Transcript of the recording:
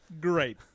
great